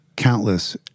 countless